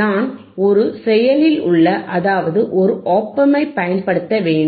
நான் ஒரு செயலில் உள்ள அதாவது ஒரு ஒப் ஆம்பைப் பயன்படுத்த வேண்டும்